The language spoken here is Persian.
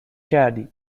کردی